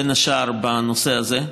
בין השאר בנושא הזה,